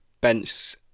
bench